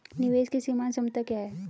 निवेश की सीमांत क्षमता क्या है?